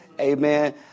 Amen